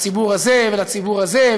לציבור הזה ולציבור הזה,